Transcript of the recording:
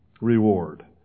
reward